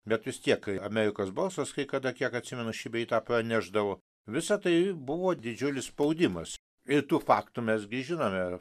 bet vis tiek amerikos balsas kai kada kiek atsimenu šį bei tą pranešdavo visa tai buvo didžiulis spaudimas ir tų faktų mes gi žinome